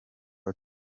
com